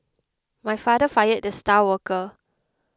my father fired the star worker